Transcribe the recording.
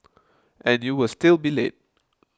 and you will still be late